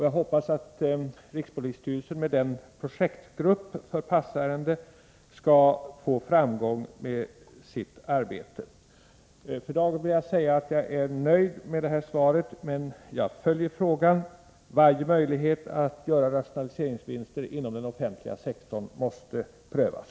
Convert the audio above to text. Jag hoppas att rikspolisstyrelsens projektgrupp för passärenden skall få framgång i sitt arbete. För dagen är jag nöjd med detta svar, men jag följer frågan. Varje möjlighet att göra rationaliseringsvinster inom den offentliga sektorn måste prövas.